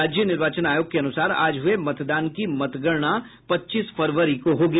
राज्य निर्वाचन आयोग के अनुसार आज हुए मतदान की मतगणना पच्चीस फरवरी को होगी